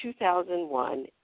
2001